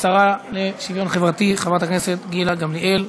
השרה לשוויון חברתי חברת הכנסת גילה גמליאל.